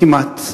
כמעט.